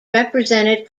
represented